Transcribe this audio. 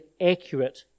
accurate